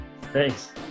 Thanks